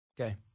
Okay